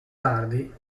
tardi